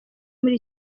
muri